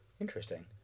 Interesting